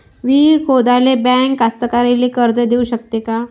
विहीर खोदाले बँक कास्तकाराइले कर्ज देऊ शकते का?